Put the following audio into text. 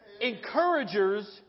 encouragers